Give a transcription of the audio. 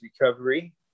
recovery